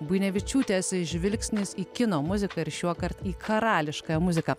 bunevičiūtės žvilgsnis į kino muziką ir šiuokart į karališkąją muziką